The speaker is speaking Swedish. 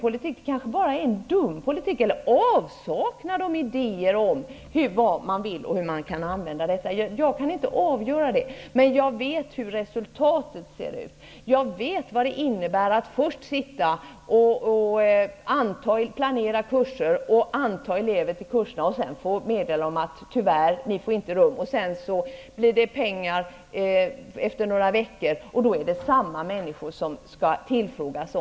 Den är kanske bara dum, eller också saknas det kanske idéer om vad man vill göra och om hur det hela skall användas. Jag kan inte avgöra den saken. Men jag känner till resultatet. Jag vet vad det innebär att först planera kurser och anta elever till dessa och sedan få meddelande om att det inte finns plats. Efter några veckor kommer så pengar, och då är det samma människor som skall tillfrågas.